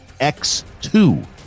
X2